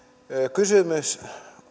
kysymys